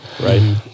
Right